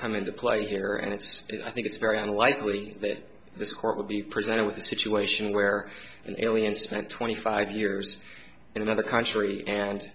come into play here and it's i think it's very unlikely that this court would be presented with a situation where an alien spent twenty five years in another country and